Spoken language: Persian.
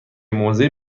موضعی